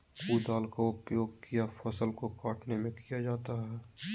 कुदाल का उपयोग किया फसल को कटने में किया जाता हैं?